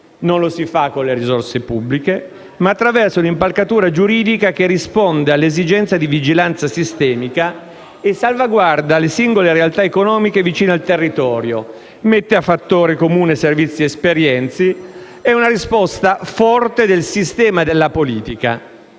Non lo si fa con le risorse pubbliche, ma attraverso una impalcatura giuridica che risponde all'esigenza di vigilanza sistemica e salvaguarda le singole realtà economiche vicine al territorio, mette a fattore comune servizi ed esperienze ed è una risposta forte del sistema della politica.